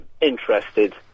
interested